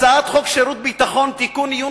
הצעת חוק שירות ביטחון (תיקון,